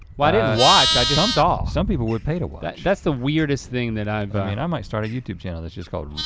well i didn't watch, i just um saw. some people would pay to watch. that's that's the weirdest thing that i've i and i might start a youtube channel that's just called